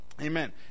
Amen